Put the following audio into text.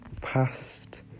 past